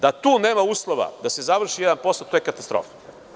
Da tu nema uslova da se završi jedan posao, to je katastrofa.